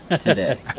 today